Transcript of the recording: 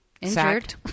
injured